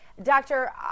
Doctor